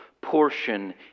portion